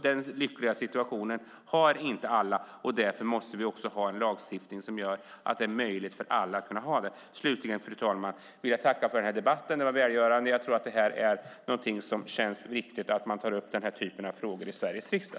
Den lyckliga situationen har inte alla, och därför måste vi ha en lagstiftning som gör det möjligt för alla att transportera sig. Fru talman! Jag tackar för debatten. Den var välgörande. Jag tror att det är viktigt att ta upp sådana här frågor i Sveriges riksdag.